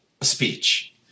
speech